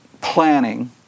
planning